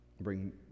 Bring